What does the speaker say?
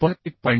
आपण 1